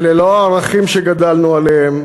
אלה לא הערכים שגדלנו עליהם,